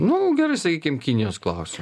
nu gerai sakykim kinijos klausimu